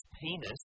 penis